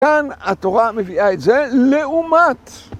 כאן התורה מביאה את זה, לעומת.